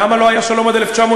למה לא היה שלום עד 1967?